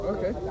Okay